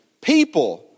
people